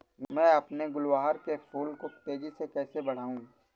मैं अपने गुलवहार के फूल को तेजी से कैसे बढाऊं?